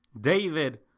David